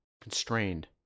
Constrained